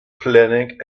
planning